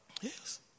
Yes